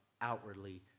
outwardly